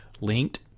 linked